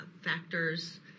factors